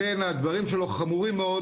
לכן הדברים שלו חמורים מאוד.